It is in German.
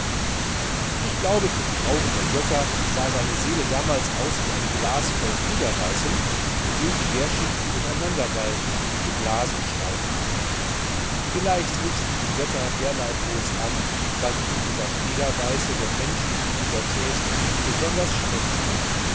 ich glaube für die augen der götter sah seine seele damals aus wie ein glas voll federweißem in dem die gährschichten durcheinanderwallen und die blasen steigen vielleicht richten die götter derlei blos an weil ihnen dieser federweiße der menschlichen pubertät besonders schmeckt